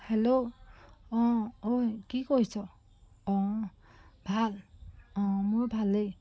hello অঁ অই কি কৰিছ অঁ ভাল অঁ মোৰ ভালেই